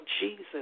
Jesus